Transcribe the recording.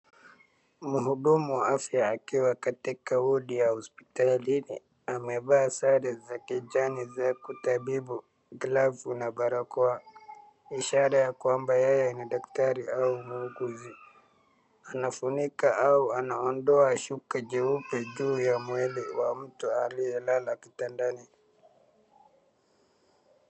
Mhudumu wa afya akiwa katika wadi ya hospitali. Amevaa sare za kijani ya kutabibu, glavu na barakoa ishara ya kwamba yeye ni daktari au muuguzi anafunika au anaondoa shuka jeupe juu ya mwili wa mtu aliyelala kitandani.